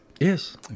Yes